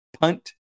punt